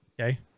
Okay